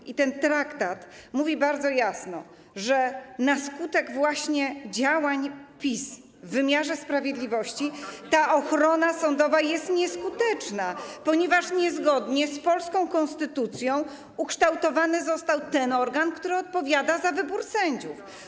I ten traktat mówi bardzo jasno, że na skutek właśnie działań PiS w wymiarze sprawiedliwości ta ochrona sądowa jest nieskuteczna, ponieważ niezgodnie z polską konstytucją ukształtowany został ten organ, który odpowiada za wybór sędziów.